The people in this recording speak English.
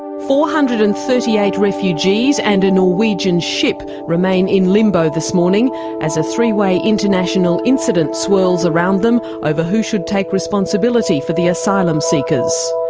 four hundred and thirty-eight refugees and a norwegian ship remain in limbo this morning as a three-way international incident swirls around them over who should take responsibility for the asylum seekers.